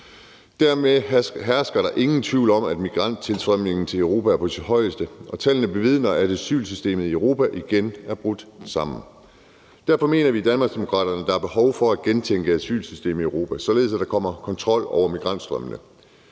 Dermed hersker der ingen tvivl om, at migranttilstrømningen til Europa er på sit højeste, og tallene bevidner, at asylsystemet i Europa igen er brudt sammen. Derfor mener vi i Danmarksdemokraterne, at der er behov for at gentænke asylsystemet i Europa, således at der kommer kontrol over migrantstrømmene.